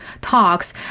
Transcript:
talks